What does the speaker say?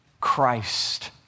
Christ